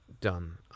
done